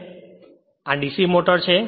આ DC motor છે